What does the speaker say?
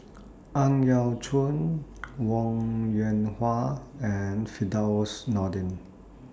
Ang Yau Choon Wong Yoon and Firdaus Nordin